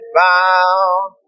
bound